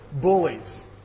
Bullies